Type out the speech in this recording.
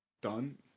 done